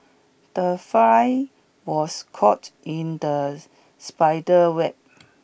the fly was caught in the spider's web